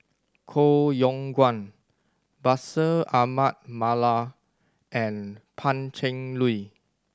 Koh Yong Guan Bashir Ahmad Mallal and Pan Cheng Lui